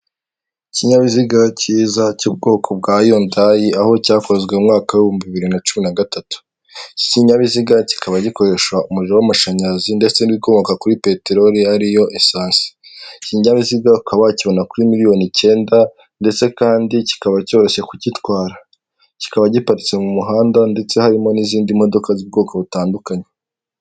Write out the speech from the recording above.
Ikinyabiziga cyiza cy'ubwoko bwa Yundayi aho cyakozwe mu mwaka w'ibihumbi bibiri na cumi na gatatu. Iki kinyabiziga kikaba gikoresha umuriro w'amashanyarazi ndetse n'ibikomoka kuri peterori ariyo esanse, iki kinyabiziga ukaba wakibona kuri miriyoni icyenda ndetse kandi kikaba cyoroshye kukigitwara kikaba giparitse mu muhanda ndetse harimo n'izindi modoka z'ubwoko butandukanye.